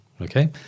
okay